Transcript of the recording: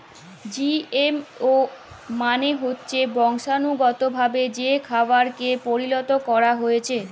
GMO মালে হচ্যে বংশালুগতভাবে যে খাবারকে পরিলত ক্যরা হ্যয়েছে